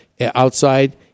outside